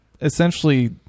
essentially